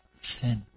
sin